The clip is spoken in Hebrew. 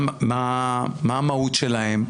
מה המהות שלהן?